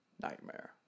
nightmare